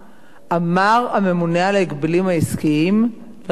אמר הממונה על ההגבלים העסקיים, לראשונה,